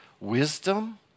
wisdom